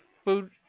food